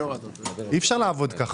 אי אפשר לעבוד כך.